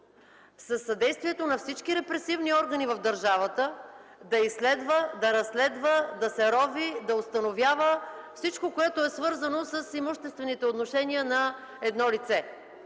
със съдействието на всички репресивни органи в държавата да изследва, да разследва, да се рови, установява всичко, свързано с имуществените отношения на дадено лице.